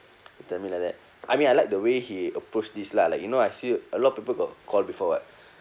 he tell me like that I mean I like the way he approached this lah like you know I see a lot of people got call before what